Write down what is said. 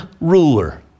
ruler